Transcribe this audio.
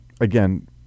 again